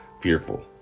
fearful